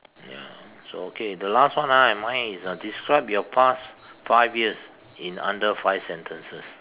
ya so okay the last one ah and mine is uh describe your past five years in under five sentences